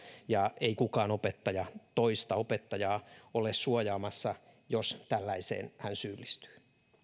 ja ei kukaan opettaja toista opettajaa ole suojaamassa jos tällaiseen hän syyllistyy